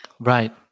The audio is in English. Right